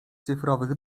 cyfrowych